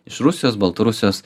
iš rusijos baltarusijos